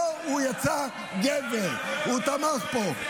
פה הוא יצא גבר, הוא תמך פה.